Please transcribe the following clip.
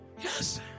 Yes